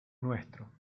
nuestro